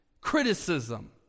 criticism